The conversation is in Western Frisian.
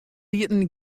lieten